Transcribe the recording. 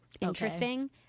interesting